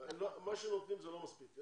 מה שנותנים זה לא מספיק.